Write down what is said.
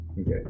Okay